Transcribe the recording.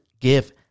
give